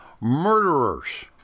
murderers